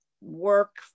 work